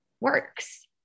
works